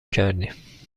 کردیم